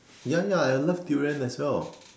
ya ya I love durian as well